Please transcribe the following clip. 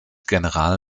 general